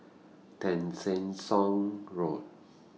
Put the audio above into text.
Tessensohn Road